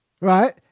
right